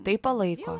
tai palaiko